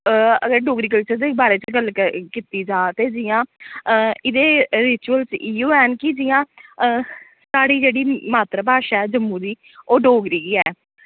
अगर डोगरी कल्चर दे बारे च गल्ल क कीत्ति जा ते जि'यां इ'दे रिचुअलस इयो हैन कि जि'यां साढ़ी जेह्ड़ी मात्तर भाशा ऐ जम्मू दी ओह् डोगरी गै